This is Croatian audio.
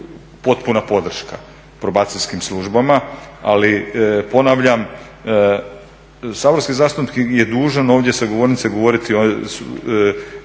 potpuna podrška probacijskim službama. Ali ponavljam, saborski zastupnik je dužan ovdje sa govornice govoriti